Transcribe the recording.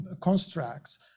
constructs